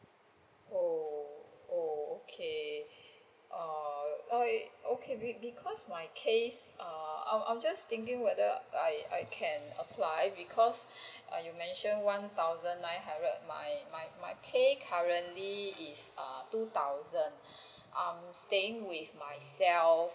oh oh okay ah I okay be~ because my case err I'm I'm just thinking whether I I can apply because you mentioned one thousand nine hundred my my pay currently is err two thousand I'm staying with myself